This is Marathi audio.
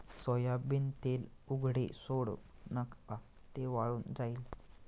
सोयाबीन तेल उघडे सोडू नका, ते वाळून जाईल